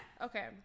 Okay